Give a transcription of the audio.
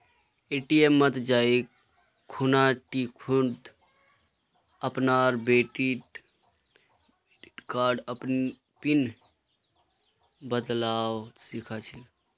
ATM मत जाइ खूना टी खुद अपनार डेबिट कार्डर पिन बदलवा सख छि